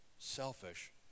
selfish